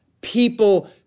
people